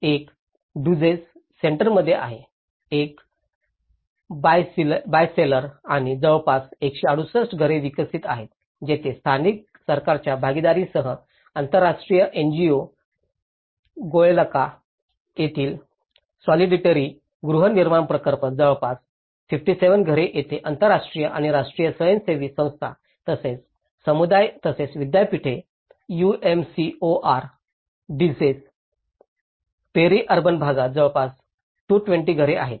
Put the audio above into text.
एक ड्यझॅक सेंटरमध्ये आहे एक बायसेलर आहे हे जवळपास 168 घरे वितरित आहेत येथे स्थानिक सरकारच्या भागीदारीसह आंतरराष्ट्रीय एनजीओ आहे गोल्याकयेथील सॉलिडॅरिटी गृहनिर्माण प्रकल्प जवळपास 57 घरे येथे आंतरराष्ट्रीय आणि राष्ट्रीय स्वयंसेवी संस्था तसेच समुदाय तसेच विद्यापीठे यूएमसीओआर डझसे पेरी अर्बन भागात जवळपास 220 घरे आहेत